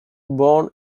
born